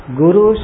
guru